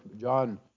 John